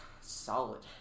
Solid